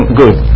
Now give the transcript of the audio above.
good